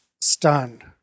stunned